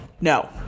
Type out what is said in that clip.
No